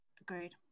Agreed